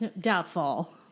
doubtful